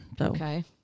Okay